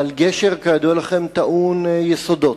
אבל גשר, כידוע לכם, טעון יסודות.